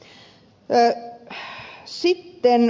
mielestäni ed